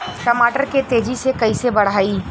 टमाटर के तेजी से कइसे बढ़ाई?